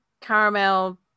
caramel